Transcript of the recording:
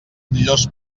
millors